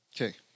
Okay